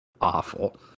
awful